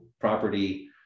property